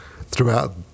throughout